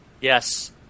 Yes